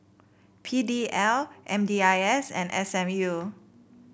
P D L M D I S and S M U